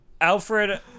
Alfred